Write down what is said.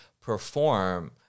perform